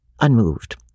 unmoved